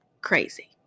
crazy